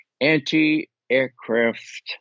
anti-aircraft